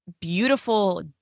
beautiful